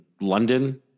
London